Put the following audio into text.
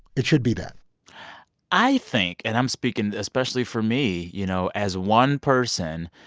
it should be that i think and i'm speaking especially for me you know? as one person,